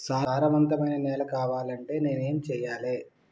సారవంతమైన నేల కావాలంటే నేను ఏం చెయ్యాలే?